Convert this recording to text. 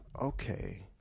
okay